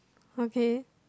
okay